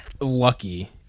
lucky